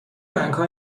رنگها